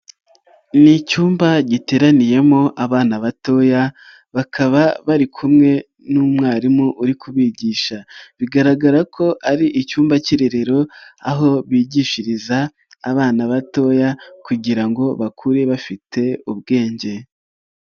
Ni icyumba giteraniyemo abana batoya bakaba bari kumwe n'umwarimu uri kubigisha, bigaragara ko ari icyumba k'irerero aho bigishiriza abana batoya kugira ngo bakure bafite ubwenge.